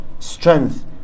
strength